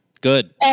good